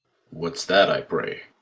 what's that, i pray?